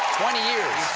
twenty years!